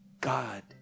God